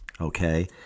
okay